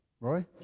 Roy